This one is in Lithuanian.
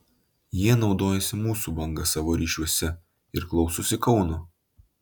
jie naudojasi mūsų banga savo ryšiuose ir klausosi kauno